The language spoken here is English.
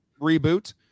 reboot